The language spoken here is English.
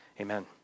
amen